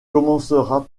commencera